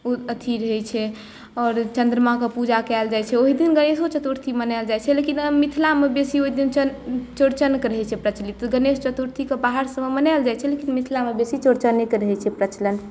अथी रहै छै आओर चन्द्रमाके पूजा कयल जाइ छै ओहि दिन गणेशो चतुर्थी मनाएल जाइ छै लेकिन मिथिलामे बेसी ओहिदिन चौड़चनके रहै छै प्रचलित गणेश चतुर्थीके बाहर सभमे मनाएल जाइ छै लेकिन मिथिलामे बेसी चौड़चनेके रहै छै प्रचलन